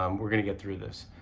um we're going to get through this.